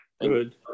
Good